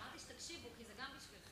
אמרתי שתקשיבו, כי זה גם בשבילכם.